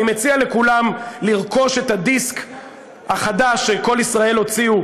אני מציע לכולם לרכוש את הדיסק החדש ש"קול ישראל" הוציאו,